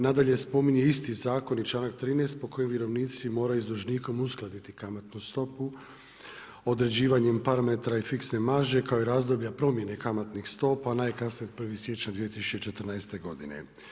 Nadalje spominje isti zakon i članak 13. po kojem vjerovnici moraju s dužnikom uskladiti kamatnu stopu određivanjem parametara i finske marže kao i razdoblja promjene kamatnih stopa najkasnije do 1. siječnja 2014. godine.